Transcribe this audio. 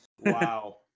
Wow